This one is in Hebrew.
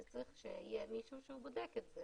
אני מוכרחה לציין את העבודה הקשה שרונית השקיעה בזה,